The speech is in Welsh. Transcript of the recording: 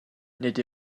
nid